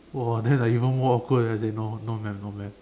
!wah! then I even more awkward eh I say no no maam no maam